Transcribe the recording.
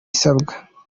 isabwa